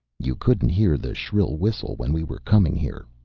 you couldn't hear the shrill whistle when we were coming here,